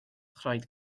rhaid